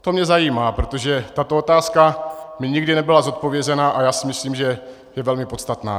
To mě zajímá, protože tato otázka mi nikdy nebyla zodpovězena, a já si myslím, že je velmi podstatná.